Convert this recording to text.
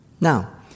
Now